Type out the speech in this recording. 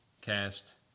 cast